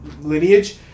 lineage